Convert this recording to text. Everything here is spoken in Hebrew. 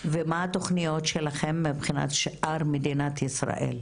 ומה התוכניות שלכם מבחינת שאר מדינת ישראל,